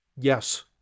Yes